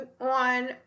on